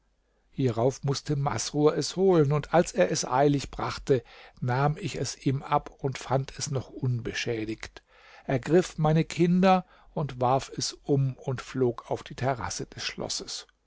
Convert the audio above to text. hierauf mußte masrur es holen und als er es eilig brachte nahm ich es ihm ab und fand es noch unbeschädigt ergriff meine kinder und warf es um und flog auf die terrasse des schlosses